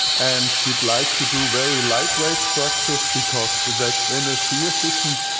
and we'd like to do very lightweight structures because that's energy efficient,